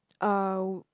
uh